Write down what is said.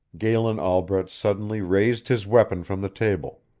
galen albret suddenly raised his weapon from the table.